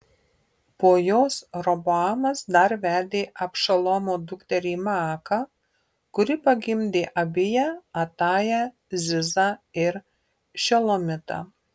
po jos roboamas dar vedė abšalomo dukterį maaką kuri pagimdė abiją atają zizą ir šelomitą